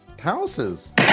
houses